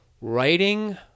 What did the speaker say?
writing